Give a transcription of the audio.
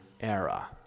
era